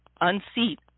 unseat